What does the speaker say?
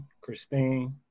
Christine